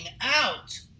out